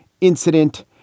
incident